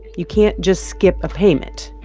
you can't just skip a payment.